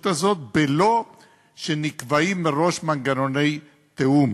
הזאת בלא שנקבעים מראש מנגנוני תיאום,